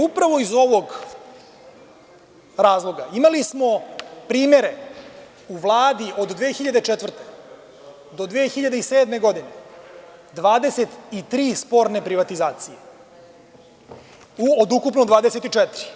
Upravo iz ovog razloga imali smo primere u Vladi od 2004. do 2007. godine 23 sporne privatizacije, od ukupno 24.